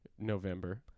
November